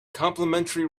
complimentary